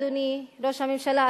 אדוני ראש הממשלה,